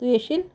तू येशील